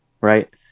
Right